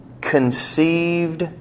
conceived